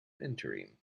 entering